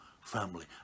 family